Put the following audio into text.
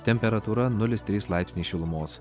temperatūra nulis trys laipsniai šilumos